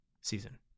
season